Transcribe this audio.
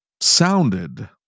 sounded